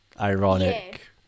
ironic